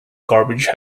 garbage